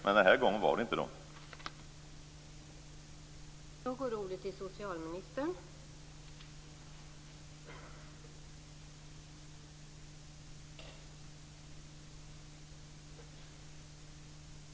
Men den här gången var det inte Moderaterna.